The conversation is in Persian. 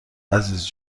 عزیز